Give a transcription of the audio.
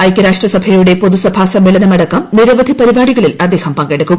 ഐക്യരാഷ്ട്രസഭയുടെ പൊതുസഭ സമ്മേളനമടക്കം നിരവധി പരിപാടികളിൽ അദ്ദേഹം പങ്കെടുക്കും